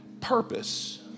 purpose